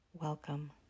Welcome